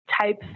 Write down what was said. type